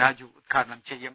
രാജു ഉദ്ഘാടനം ചെയ്യും